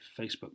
Facebook